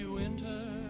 winter